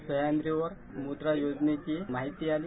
सह्याद्रीवर मुद्रा योजनेची माहिती आली